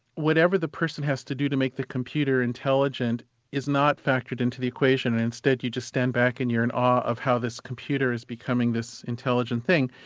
whatever the person has to do to make the computer intelligent is not factored into the equation, and instead you just stand back and you're in awe of how this computer is becoming this intelligent thing.